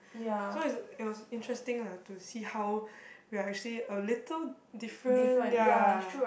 so it's it was interesting lah to see how we are actually a little different ya